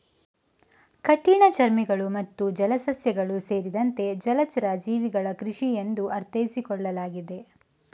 ಕಠಿಣಚರ್ಮಿಗಳು ಮತ್ತು ಜಲಸಸ್ಯಗಳು ಸೇರಿದಂತೆ ಜಲಚರ ಜೀವಿಗಳ ಕೃಷಿ ಎಂದು ಅರ್ಥೈಸಿಕೊಳ್ಳಲಾಗಿದೆ